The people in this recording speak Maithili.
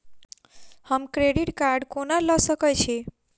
हम क्रेडिट कार्ड कोना लऽ सकै छी?